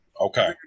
Okay